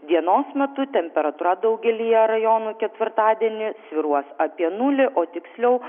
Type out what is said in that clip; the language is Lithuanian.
dienos metu temperatūra daugelyje rajonų ketvirtadienį svyruos apie nulį o tiksliau